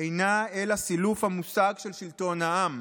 אינה אלא סילוף המושג של שלטון העם.